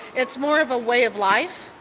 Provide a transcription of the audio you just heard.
it's more of a way of life,